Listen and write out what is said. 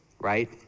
right